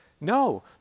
No